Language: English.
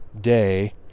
day